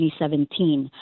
2017